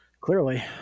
Clearly